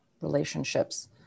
relationships